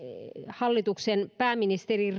hallituksen pääministerin